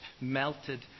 melted